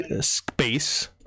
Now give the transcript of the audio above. space